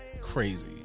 Crazy